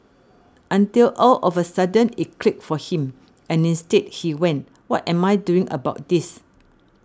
until all of a sudden it clicked for him and instead he went what am I doing about this